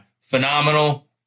Phenomenal